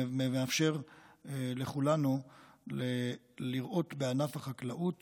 מאפשר לכולנו לראות בענף החקלאות